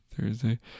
Thursday